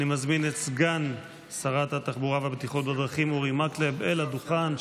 אני מזמין את סגן שרת התחבורה והבטיחות בדרכים אורי מקלב אל הדוכן.